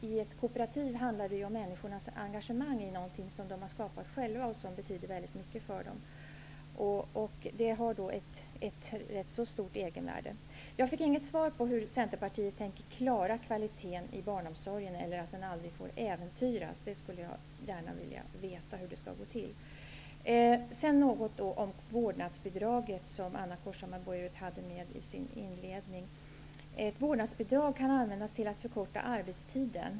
I ett kooperativ handlar det om människors engagemang i något som de har skapat själva och betyder mycket för dem. Det har ett stort egenvärde. Jag fick inget svar på hur Centerpartiet tänker klara frågan om kvalitet i barnomsorgen och att den aldrig får äventyras. Jag skulle gärna vilja veta hur det skall gå till. Vidare några ord om vårdnadsbidraget, som Anna Corshammar-Bojerud tog upp i sitt inledningsanförande. Ett vårdnadsbidrag kan användas till att förkorta arbetstiden.